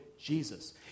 Jesus